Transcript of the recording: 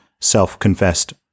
self-confessed